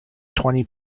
twenty